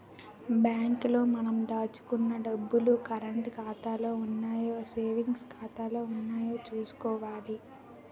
bank లో మనం దాచుకున్న డబ్బులు కరంటు ఖాతాలో ఉన్నాయో సేవింగ్స్ ఖాతాలో ఉన్నాయో చూసుకోవాలి